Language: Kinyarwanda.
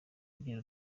agira